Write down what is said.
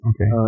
Okay